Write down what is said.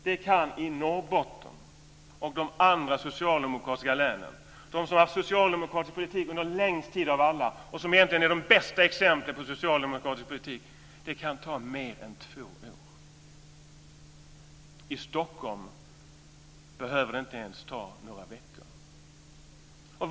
Det kan i Norrbotten och i de andra socialdemokratiska länen ta mer än två år. Det är de län som har haft socialdemokratisk politik under längst tid av alla och som egentligen är de bästa exemplen på socialdemokratisk politik. I Stockholm behöver det inte ens ta några veckor.